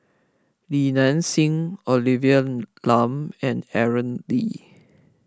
Li Nanxing Olivia Lum and Aaron Lee